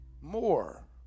more